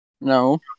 No